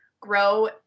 grow